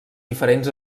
diferents